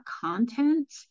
content